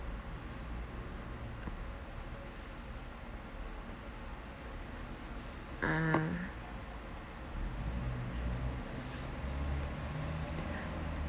ah